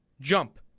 jump